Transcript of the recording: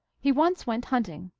he once went hunting.